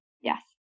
yes